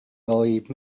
believe